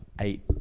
eight